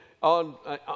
on